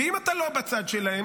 ואם אתה לא בצד שלהם,